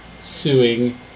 suing